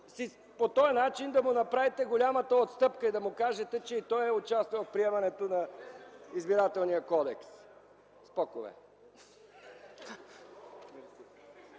по този начин да му направите голямата отстъпка и да му кажете, че и той е участвал в приемането на Избирателния кодекс?